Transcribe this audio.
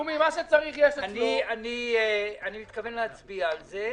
--- אני מתכוון להצביע על זה.